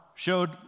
showed